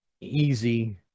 easy